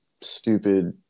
stupid